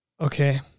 Okay